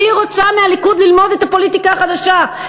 אני רוצה מהליכוד ללמוד את הפוליטיקה החדשה.